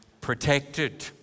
protected